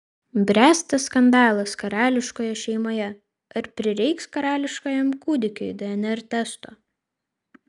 bręsta skandalas karališkoje šeimoje ar prireiks karališkajam kūdikiui dnr testo